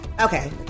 Okay